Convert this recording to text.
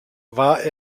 war